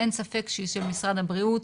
אין ספק שהיא של משרד הבריאות.